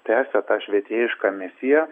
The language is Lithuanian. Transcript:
tęsia tą švietėjišką misiją